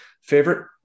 Favorite